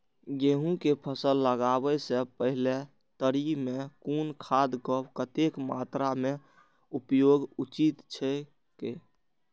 गेहूं के फसल लगाबे से पेहले तरी में कुन खादक कतेक मात्रा में उपयोग उचित छेक?